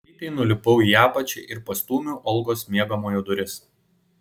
greitai nulipau į apačią ir pastūmiau olgos miegamojo duris